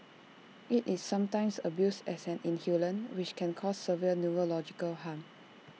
IT is sometimes abused as an inhalant which can cause severe neurological harm